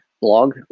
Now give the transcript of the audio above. blog